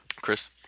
Chris